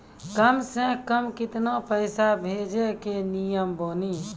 कम से कम केतना पैसा भेजै के नियम बानी?